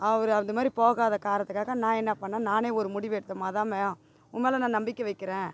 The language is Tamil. அவர் அந்தமாதிரி போகாத காரணத்துக்காக நான் என்ன பண்ண நானே ஒரு முடிவெடுத்தேன் மாதா மே உன் மேல நான் நம்பிக்கை வைக்கிறேன்